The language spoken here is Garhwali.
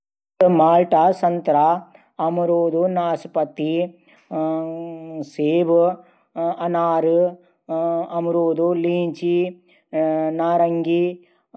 खिडकी साफ कनू सबसे पैली एक कपडा ना धूल गंदगी साफ कन। वेकू बाद मुलैम कपडा एक ब्ल्टी पाणी मा निरमा घोल देन। फिर बल्टी मां कपडा डाली साफ कन। दुवि तीन बार फिर चमक जाली खिडकी